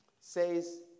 says